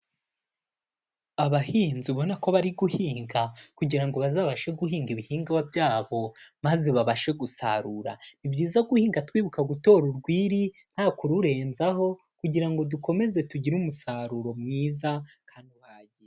Abahinzi ubona ko bari guhinga kugira ngo bazabashe guhinga ibihingwa byabo, maze babashe gusarura, ni byiza guhinga twibuka gutora urwiri nta kururenzaho, kugira ngo dukomeze tugire umusaruro mwiza kandi uhagije.